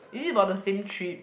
this is about the same trip